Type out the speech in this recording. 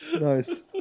Nice